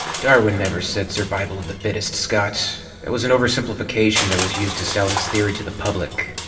darwin never said survival of the fittest, scott. that was an oversimplification that was used to sell his theory to the public.